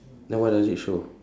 then what does it show